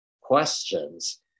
questions